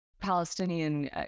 Palestinian